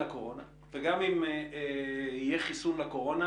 הקורונה וגם אם יהיה חיסון לקורונה,